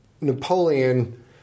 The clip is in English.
Napoleon